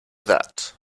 that